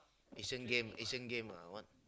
Asian game Asian game lah what